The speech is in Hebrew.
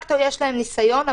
דה-פקטו יש להם ניסיון,